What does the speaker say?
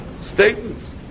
statements